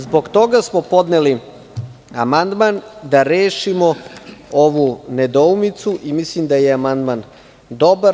Zbog toga smo podneli amandman da rešimo ovu nedoumicu i mislim da je amandman dobar.